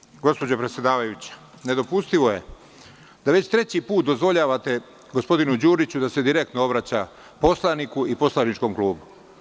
Poslovnika, gospođo predsedavajuća, nedopustivo je da već treći put dozvoljavate gospodinu Đuriću da se direktno obraća poslaniku i poslaničkom klubu.